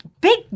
big